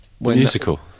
Musical